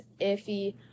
iffy